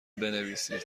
بنویسید